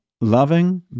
loving